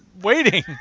waiting